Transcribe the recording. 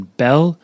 bell